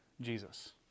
Jesus